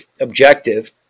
objective